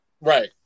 right